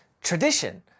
Tradition